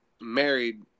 married